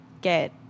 get